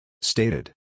Stated